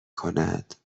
کند